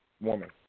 woman